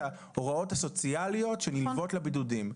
ההוראות הסוציאליות שנלוות לבידודים,